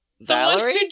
Valerie